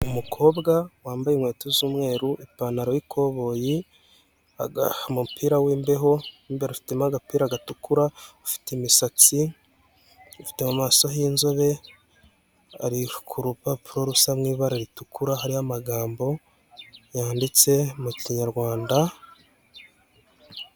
Umukobwa wambaye inkweto z'umweru, ipantaro'ikoboyi, umupira w'imbeho, imbere afitemo agapira gatukura, ufite imisatsi, ufite mu maso h'inzobe, ari ku rupapuro rusa mu ibara ritukura hariho amagambo yanditse mu kinyarwanda.